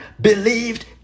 believed